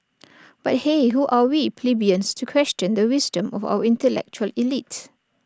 but hey who are we plebeians to question the wisdom of our intellectual elite